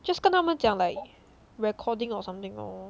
just 跟他们讲 like recording or something lor